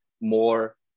more